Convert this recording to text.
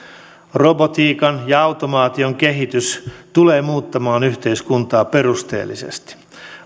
robotiikan ja automaation kehitys tulee muuttamaan yhteiskuntaa perusteellisesti